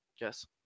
yes